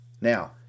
Now